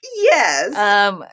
Yes